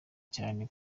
cyane